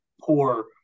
poor